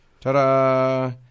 Ta-da